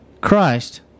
Christ